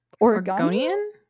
Oregonian